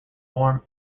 form